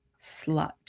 slut